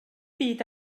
byd